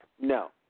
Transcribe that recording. No